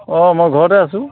অ মই ঘৰতে আছোঁ